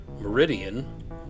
Meridian